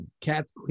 Cats